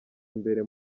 imbere